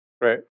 Right